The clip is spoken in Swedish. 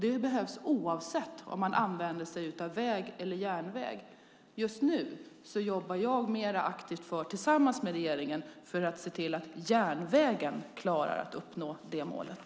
Det behövs oavsett om man använder sig av väg eller järnväg. Just nu jobbar jag mer aktivt, tillsammans med regeringen, för att se till att järnvägen klarar att uppnå målet.